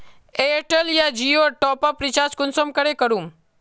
Airtel या जियोर top up recharge कुंसम करे करूम?